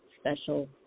special